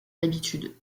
habitudes